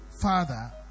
father